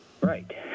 Right